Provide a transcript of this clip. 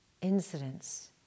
incidents